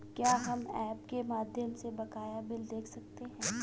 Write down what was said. क्या हम ऐप के माध्यम से बकाया बिल देख सकते हैं?